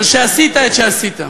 על שעשית את שעשית.